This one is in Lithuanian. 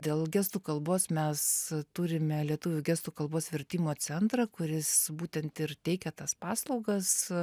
dėl gestų kalbos mes turime lietuvių gestų kalbos vertimo centrą kuris būtent ir teikia tas paslaugas